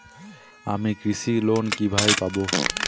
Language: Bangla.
আমি কৃষি লোন কিভাবে পাবো?